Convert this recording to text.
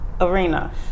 arena